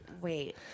wait